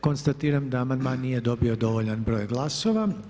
Konstatiram da amandman nije dobio dovoljan broj glasova.